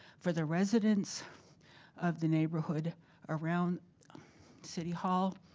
for the residents of the neighborhood around city hall,